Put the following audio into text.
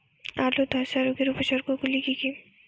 আলুর ধ্বসা রোগের উপসর্গগুলি কি কি?